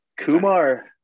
Kumar